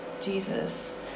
Jesus